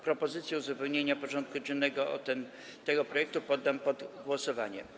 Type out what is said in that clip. Propozycję uzupełnienia porządku dziennego o ten punkt poddam pod głosowanie.